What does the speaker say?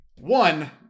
one